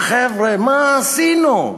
חבר'ה, מה עשינו?